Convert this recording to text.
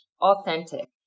authentic